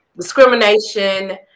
discrimination